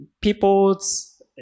people's